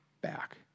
back